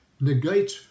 negate